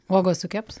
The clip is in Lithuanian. uogos sukeps